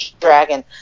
dragon